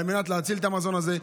להציל את המזון הזה,